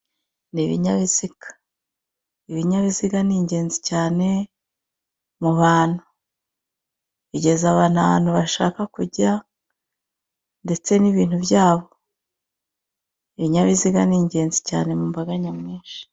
Ni ibinyabiziga, ibinyabiziga ni ingenzi cyane mu bantu, bigeza abantu ahantu bashaka kujya ndetse n'ibintu byabo, ibinyabiziga ni ingenzi cyane mu mbaga nyamwinshi.